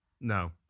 No